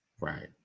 right